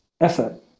effort